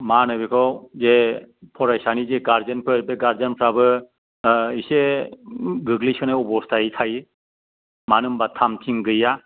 मा होनो बेखौ जे फरायसानि जे गार्जेनफोर बे गार्जेनफ्राबो एसे गोग्लैसोनाय आब'स्थायै थायो मानो होमबा थाम थिम गैया